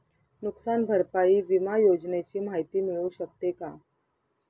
नुकसान भरपाई विमा योजनेची माहिती मिळू शकते का?